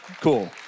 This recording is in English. Cool